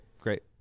great